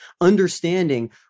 understanding